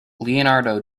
leonardo